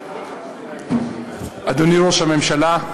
אדוני ראש הממשלה,